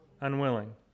unwilling